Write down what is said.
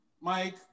Mike